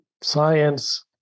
science